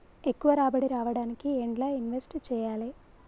ఎక్కువ రాబడి రావడానికి ఎండ్ల ఇన్వెస్ట్ చేయాలే?